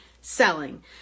selling